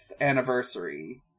anniversary